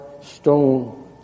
stone